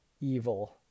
evil